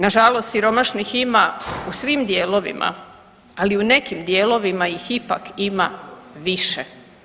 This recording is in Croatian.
Nažalost siromašnih ima u svim dijelovima, ali u nekim dijelovima ih ipak ima više.